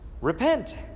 Repent